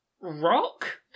rock